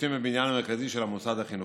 שירותים בבניין המרכזי של המוסד החינוכי.